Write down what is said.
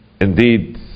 indeed